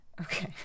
Okay